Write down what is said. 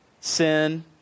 Sin